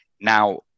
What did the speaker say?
Now